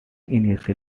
initial